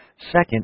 Second